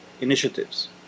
initiatives